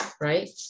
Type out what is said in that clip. right